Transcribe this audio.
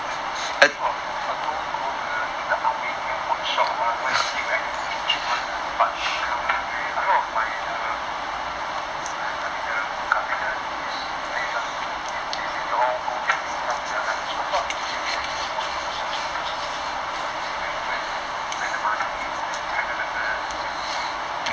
I thinking of what want to go to the you know the ah beng handphone shop go and see whether got any cheap cheap [one] but I also a lot of my the err I mean the this place [one] they say they all go get new phones sia what the fuck you go get a new phone just to you spend the money then 拆掉那个相机